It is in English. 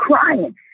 crying